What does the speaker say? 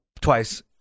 twice